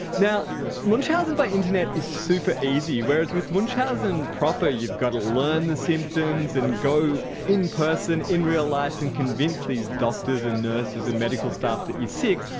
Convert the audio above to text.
now munchausen by internet is super easy. whereas with munchausen proper you've got to learn the symptoms and go in person in real life and convince these doctors and nurses and medical staff that you're sick,